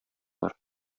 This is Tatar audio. бар